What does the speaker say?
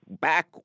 back